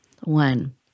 One